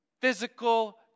physical